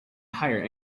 hire